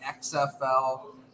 XFL